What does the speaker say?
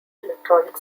electronic